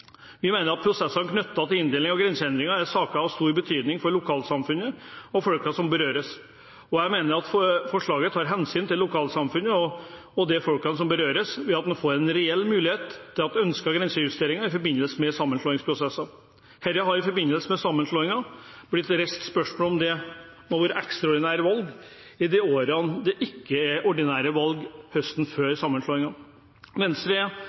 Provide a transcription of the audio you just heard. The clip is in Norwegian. Vi mener at prosesser knyttet til inndeling av grenseendringer er saker av stor betydning for lokalsamfunnet og folk som berøres. Jeg mener at forslaget tar hensyn til lokalsamfunnet og folk som berøres, ved at en får en reell mulighet til ønskede grensejusteringer i forbindelse med sammenslåingsprosesser. Det har i forbindelse med sammenslåing blitt reist spørsmål om ekstraordinære valg i de årene det ikke er ordinære valg høsten før sammenslåingen. Venstre